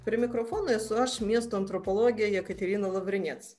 prie mikrofono esu aš miesto antropologė jekaterina lavrinec